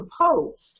proposed